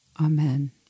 Amen